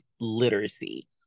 literacy